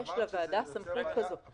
אבל את אמרת שזה יוצר בעיה.